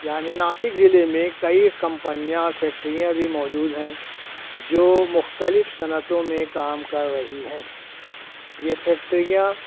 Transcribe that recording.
یعنی ناسک ضلع میں کئی کمپنیاں اور فیکٹریاں بھی موجود ہیں جو مختلف صنعتوں میں کام کر رہی ہیں یہ فیکٹریاں